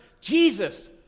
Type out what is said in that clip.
Jesus